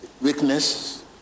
Weakness